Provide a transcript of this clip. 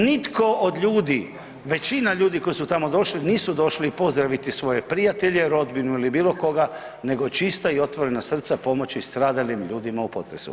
Nitko od ljudi, većina ljudi koji su tamo došli nisu došli pozdraviti svoje prijatelje, rodbinu ili bilo koga nego čista i otvorena srca pomoći stradalim ljudima u potresu.